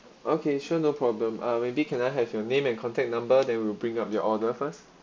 okay sure no problem uh maybe can I have your name and contact number then we'll bring up your order first